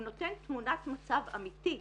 הוא נותן תמונת מצב אמיתית,